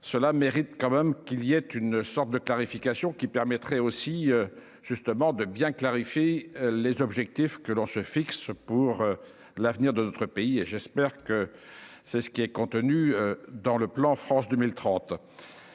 cela mérite quand même qu'il y ait une sorte de clarification qui permettrait aussi justement de bien clarifier les objectifs que l'on se fixe pour l'avenir de notre pays, et j'espère que c'est ce qui est contenu dans le plan France 2030